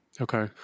Okay